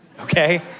okay